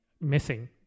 missing